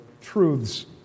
truths